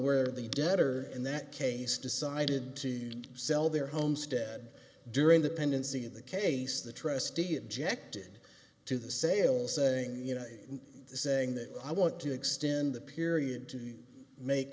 where the debtor in that case decided to sell their home stead during the pendency of the case the trustee objected to the sale saying you know in saying that i want to extend the period to make